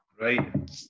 Right